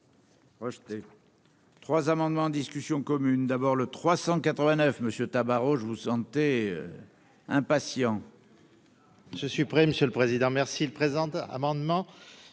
trois amendements en discussion commune d'abord le 389 monsieur Tabarot je vous sentez impatient.